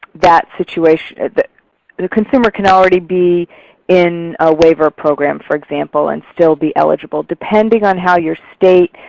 that situation the consumer can already be in a waiver program, for example, and still be eligible, depending on how your state